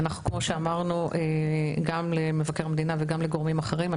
כמו שאמרנו גם למבקר המדינה וגם לגורמים אחרים,